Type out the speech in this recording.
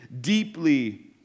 deeply